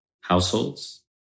households